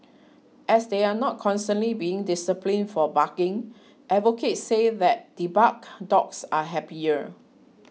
as they are not constantly being disciplined for barking advocates say that debarked dogs are happier